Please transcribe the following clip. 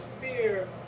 fear